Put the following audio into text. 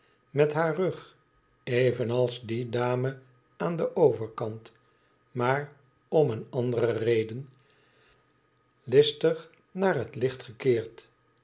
met haar rug evenals die dame aan den overkant maar om eene andere reden listig naar het licht gekeerd